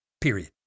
period